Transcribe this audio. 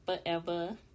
forever